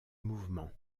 mouvement